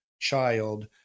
child